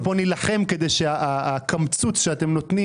אנחנו נילחם כאן כדי שהקמצוץ שאתם נותנים